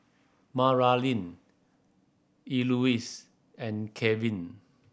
Maralyn Elouise and Kevin